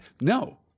No